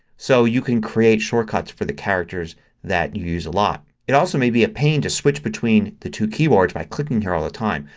so you can create shortcuts for the characters that you use a lot. it also might be a pain to switch between the two keyboards by clicking here all the time.